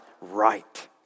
right